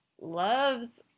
loves